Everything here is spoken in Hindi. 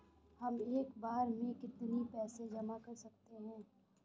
हम एक बार में कितनी पैसे जमा कर सकते हैं?